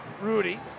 Rudy